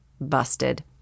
Busted